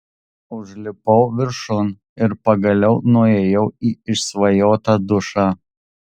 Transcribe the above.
užlipau viršun ir pagaliau nuėjau į išsvajotą dušą